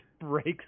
breaks